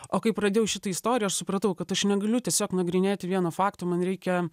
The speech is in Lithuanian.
o kai pradėjau šitą istoriją aš supratau kad aš negaliu tiesiog nagrinėti vieno fakto man reikia